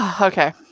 Okay